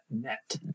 net